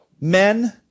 men